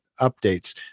updates